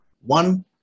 One